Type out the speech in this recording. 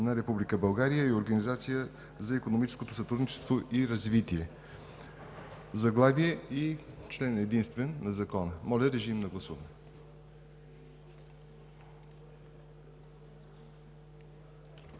на Република България и Организацията за икономическо сътрудничество и развитие – заглавие и член единствен на Закона. Моля, режим на гласуване.